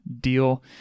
deal